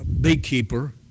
beekeeper